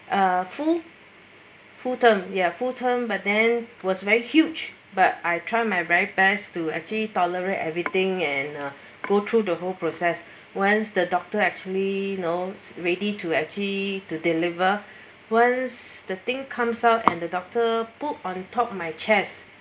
a full full term ya full term but then was very huge but I try my very best to actually tolerate everything and uh go through the whole process once the doctor actually you know ready to actually to deliver once the thing comes out and the doctor put on top of my chest